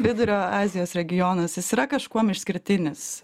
vidurio azijos regionas jis yra kažkuom išskirtinis